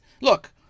look